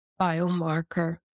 biomarker